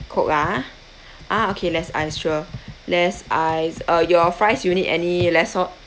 coke ah ah okay less ice sure less ice uh your fries you need any less salt